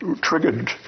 triggered